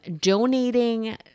donating